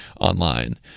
online